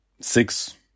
six